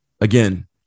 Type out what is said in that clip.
again